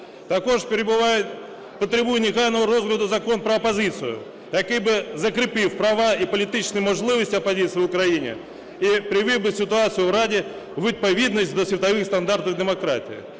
Також потребує негайного розгляду Закон про опозицію, який би закріпив права і політичні можливості опозиції в Україні і привів би ситуацію в Раді у відповідність до світових стандартів демократії.